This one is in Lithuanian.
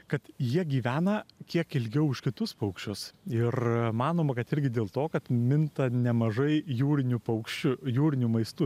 kad jie gyvena kiek ilgiau už kitus paukščius ir manoma kad irgi dėl to kad minta nemažai jūriniu paukščiu jūriniu maistu